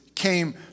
Came